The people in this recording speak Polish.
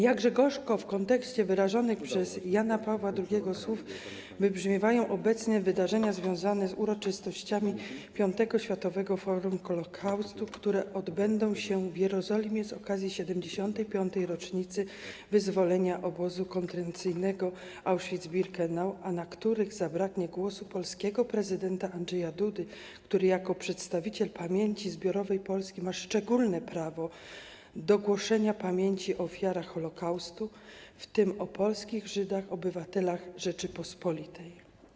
Jakże gorzko w kontekście wyrażonych przez Jana Pawła II słów wybrzmiewają obecne wydarzenia związane z uroczystościami V Światowego Forum Holokaustu, które odbędą się w Jerozolimie z okazji 75. rocznicy wyzwolenia obozu koncentracyjnego Auschwitz-Birkenau, na których zabraknie głosu polskiego prezydenta Andrzeja Dudy, który jako przedstawiciel pamięci zbiorowej Polski ma szczególne prawo do głoszenia pamięci o ofiarach Holokaustu, w tym o polskich Żydach, obywatelach Rzeczypospolitej.